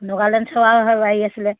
নগালেণ্ড চোৱাৰো হেৰি আছিলে